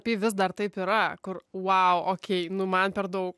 tai vis dar taip yra kur vau okei nu man per daug